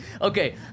Okay